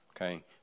okay